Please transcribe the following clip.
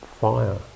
fire